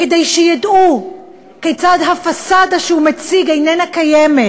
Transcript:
כדי שידעו כיצד הפסאדה שהוא מציג איננה קיימת,